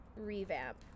revamp